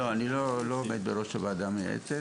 אני לא עומד בראש הוועדה המייעצת.